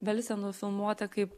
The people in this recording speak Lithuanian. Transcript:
velse nufilmuota kaip